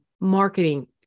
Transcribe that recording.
marketing